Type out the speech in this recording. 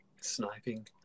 sniping